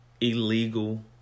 illegal